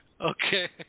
Okay